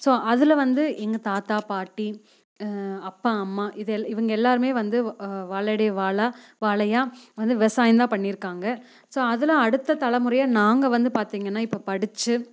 so அதில் வந்து எங்கள் தாத்தா பாட்டி அப்பா அம்மா இதெல்லாம் இவங்கள் எல்லோருமே வந்து வாழையடி வாழையாக வந்து விவசாயம்தான் பண்ணியிருக்காங்க ஸோ அதில் அடுத்த தலைமுறையா நாங்கள் வந்து பார்த்திங்கனா இப்போது படித்து